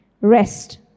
Rest